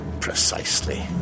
precisely